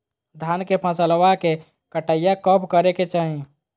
धान के फसलवा के कटाईया कब करे के चाही?